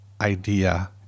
idea